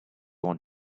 want